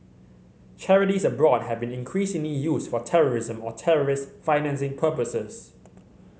charities abroad have been increasingly used for terrorism or terrorist financing purposes